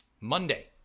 monday